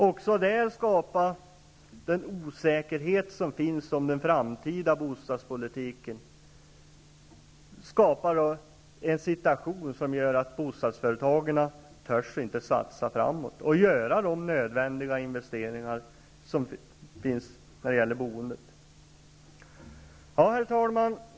Också där skapar den osäkerhet som råder om den framtida bostadspolitiken en situation som gör att bostadsföretagen inte vågar satsa och göra de investeringar som är nödvändiga när det gäller boendet. Herr talman!